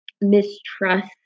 mistrust